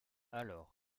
alors